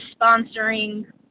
sponsoring